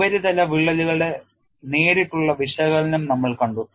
ഉപരിതല വിള്ളലുകളുടെ നേരിട്ടുള്ള വിശകലനം നമ്മൾ കണ്ടു